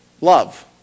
love